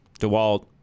DeWalt